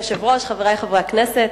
אדוני היושב-ראש, חברי חברי הכנסת,